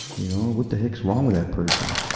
you know, what the heck's wrong with that person,